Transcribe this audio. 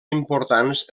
importants